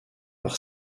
par